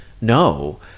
no